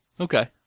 Okay